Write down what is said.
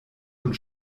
und